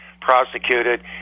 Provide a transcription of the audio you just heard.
prosecuted